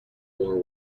more